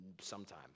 sometime